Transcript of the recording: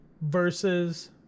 versus